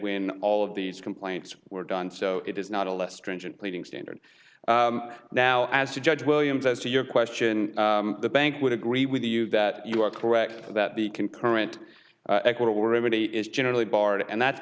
when all of these complaints were done so it is not a less stringent pleading standard now as to judge williams as to your question the bank would agree with you that you are correct that the concurrent equitable remedy is generally barred and that's